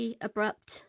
abrupt